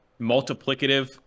multiplicative